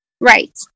Right